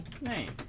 name